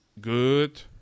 Good